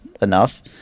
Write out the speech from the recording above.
enough